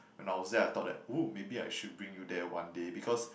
when I was there I thought that maybe I should bring you there one day because